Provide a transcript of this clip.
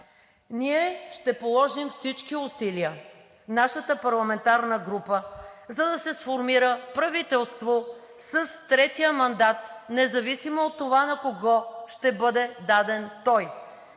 Ние ще положим всички усилия – нашата парламентарна група, за да се сформира правителство с третия мандат, независимо от това на кого ще бъде даден той.